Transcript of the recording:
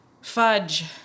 Fudge